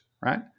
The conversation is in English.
right